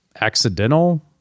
accidental